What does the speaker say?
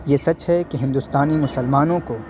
یہ سچ ہے کہ ہندوستانی مسلمانوں کو